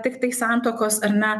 tiktai santuokos ar ne